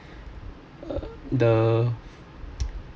uh the